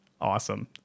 awesome